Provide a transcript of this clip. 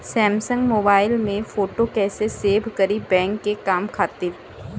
Samsung mobile में photo कैसे save करीं बैंक के काम खातिर?